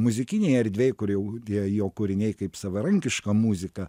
muzikinėj erdvėj kur jau tie jo kūriniai kaip savarankiška muzika